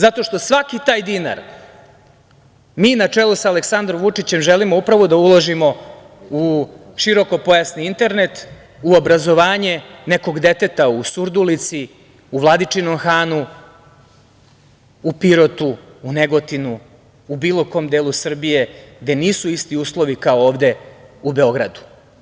Zato što svaki taj dinar mi, na čelu sa Aleksandrom Vučićem, želimo upravo da uložimo u širokopojasni internet, u obrazovanje nekog deteta u Surdulici, u Vladičinom Hanu, u Pirotu, u Negotinu, u bilo kom delu Srbije gde nisu isti uslovi kao ovde u Beogradu.